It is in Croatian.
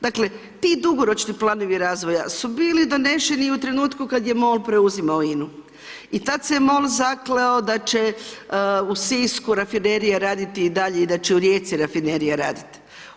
Dakle, ti dugoročni planovi razvoja, su bili doneseni u trenutku kada je MOL preuzimao INA-u i tada se je MOL zakleo da će u Sisku rafinerija raditi dalje i da će u Rijeci rafinerija raditi.